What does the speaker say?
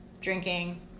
drinking